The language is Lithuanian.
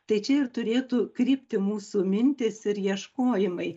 tai čia ir turėtų krypti mūsų mintys ir ieškojimai